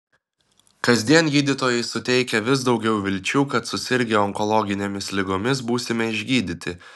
kasdien gydytojai suteikia vis daugiau vilčių kad susirgę onkologinėmis ligomis būsime išgydyti